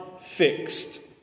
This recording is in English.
fixed